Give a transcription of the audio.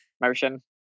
Motion